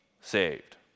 saved